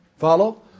Follow